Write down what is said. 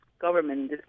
government